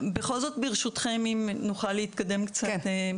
ברשותכם, אם נוכל להתקדם קצת.